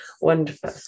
Wonderful